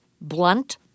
blunt